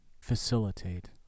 facilitate